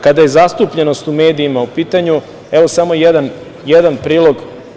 Kada je zastupljenost u medijima u pitanju, evo samo jedan prilog.